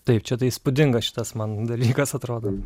taip čia tai įspūdinga šitas man dalykas atrodo